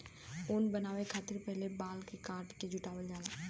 ऊन बनावे खतिर पहिले बाल के काट के जुटावल जाला